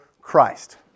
Christ